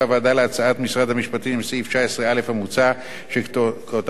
המשפטים את סעיף 19א המוצע שכותרתו: הקדמת בחינה.